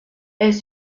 elles